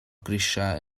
grisiau